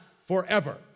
forever